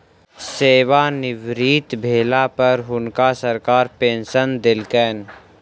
सेवानिवृत भेला पर हुनका सरकार पेंशन देलकैन